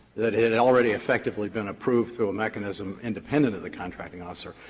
that it had already effectively been approved through a mechanism independent of the contracting officer.